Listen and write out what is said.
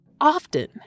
Often